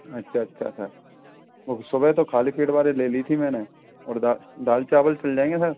अच्छा अच्छा sir okay सुबह तो खाली पेट वाली ले ली थी मैंने और दाल चावल चल जाएंगे सर